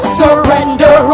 surrender